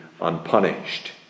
unpunished